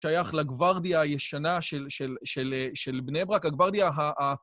שייך לגוורדיה הישנה של בני ברק, הגוורדיה ה...